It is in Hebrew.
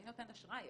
אני נותן אשראי.